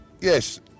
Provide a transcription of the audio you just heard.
yes